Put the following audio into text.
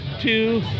two